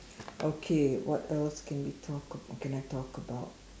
okay what else can we talk about can I talk about